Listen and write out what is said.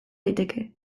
daiteke